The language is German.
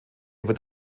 wird